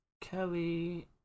Kelly